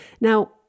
Now